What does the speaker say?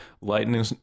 Lightning